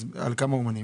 אז על כמה אמנים מדובר?